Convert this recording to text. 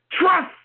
trust